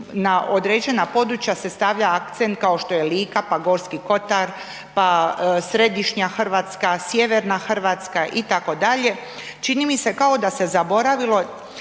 na određena područja se stavlja akcent kao što je Lika, pa Gorski kotar, pa središnja Hrvatska, sjeverna Hrvatska, itd., čini mi se kao da se zaboravilo,